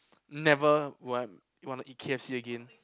never would I want to eat K_F_C again